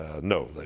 No